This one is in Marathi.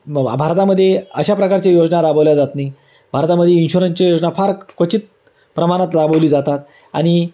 भ भारतामध्ये अशा प्रकारची योजना राबवली जात नाही भारतामध्ये इन्शुरन्सच्या योजना फार क्वचित प्रमाणात राबवली जातात आणि